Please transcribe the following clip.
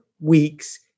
weeks